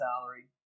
salary